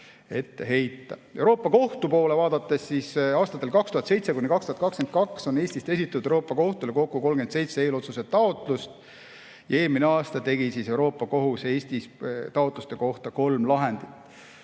ette heita. Euroopa Kohtu poole vaadates: aastatel 2007–2022 on Eestist esitatud Euroopa Kohtule kokku 37 eelotsusetaotlust. Eelmine aasta tegi Euroopa Kohus Eesti taotluste kohta kolm lahendit.